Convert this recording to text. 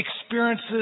experiences